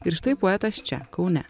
ir štai poetas čia kaune